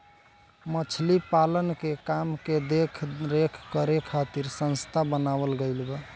मछली पालन के काम के देख रेख करे खातिर संस्था बनावल गईल बा